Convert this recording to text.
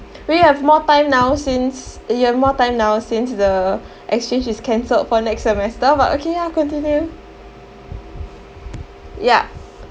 we have more time now since you have more time now since the exchange is cancelled for next semester but okay ya continue ya